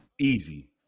Easy